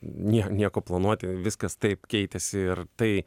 nie nieko planuoti viskas taip keitėsi ir tai